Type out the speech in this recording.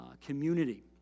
community